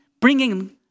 bringing